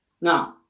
Now